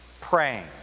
praying